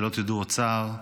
שלא תדעו עוד צער,